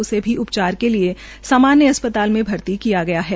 उसे भी उ चार के लिये सामान्य अस् ताल में भर्ती किया गया है